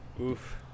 Oof